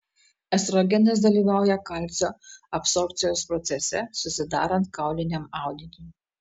estrogenas dalyvauja kalcio absorbcijos procese susidarant kauliniam audiniui